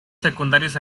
secundarios